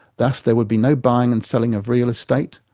thus there would be no buying and selling of real estate,